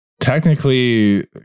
technically